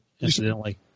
incidentally